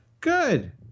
Good